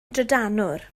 drydanwr